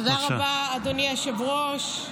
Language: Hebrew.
תודה רבה, אדוני היושב-ראש.